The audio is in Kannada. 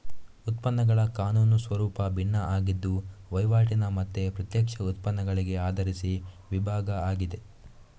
ಉತ್ಪನ್ನಗಳ ಕಾನೂನು ಸ್ವರೂಪ ಭಿನ್ನ ಆಗಿದ್ದು ವೈವಾಟಿನ ಮತ್ತೆ ಪ್ರತ್ಯಕ್ಷ ಉತ್ಪನ್ನಗಳಿಗೆ ಆಧರಿಸಿ ವಿಭಾಗ ಆಗಿದೆ